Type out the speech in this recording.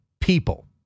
people